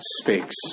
speaks